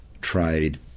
trade